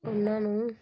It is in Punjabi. ਉਹਨਾਂ ਨੂੰ